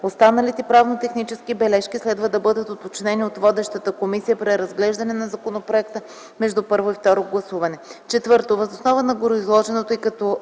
Останалите правно-технически бележки следва да бъдат уточнени от водещата комисия при разглеждане на законопроекта между първо и второ гласуване.